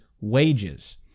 wages